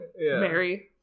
Mary